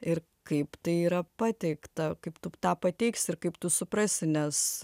ir kaip tai yra pateikta kaip tu tą pateiksi ir kaip tu suprasi nes